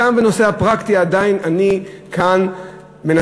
גם בנושא הפרקטי אני עדיין מנסה כאן להגיד,